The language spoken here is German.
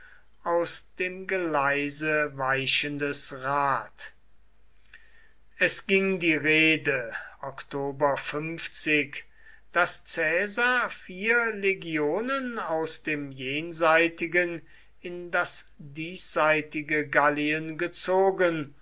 aus dem geleise weichendes rad es ging die rede daß caesar vier legionen aus dem jenseitigen in das diesseitige gallien gezogen